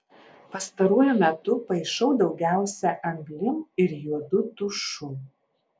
pastaruoju metu paišau daugiausia anglim ir juodu tušu